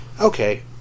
okay